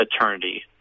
eternity